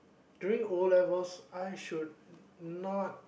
doing O-levels I should not